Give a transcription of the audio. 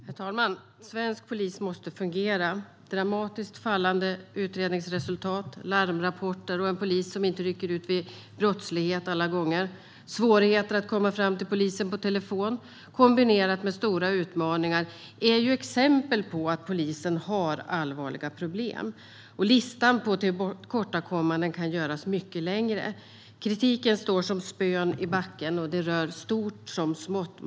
Herr talman! Svensk polis måste fungera. Dramatiskt fallande utredningsresultat, larmrapporter, en polis som alla gånger inte rycker ut vid brottslighet och svårigheten att komma fram till polisen på telefon kombinerat med stora utmaningar är exempel på att polisen har allvarliga problem. Listan på tillkortakommanden kan göras mycket längre. Kritiken står som spön i backen, och den rör stort som smått.